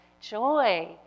joy